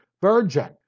virgin